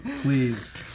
Please